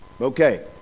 okay